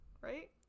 right